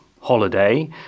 holiday